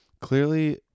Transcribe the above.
clearly